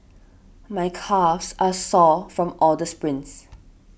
my calves are sore from all the sprints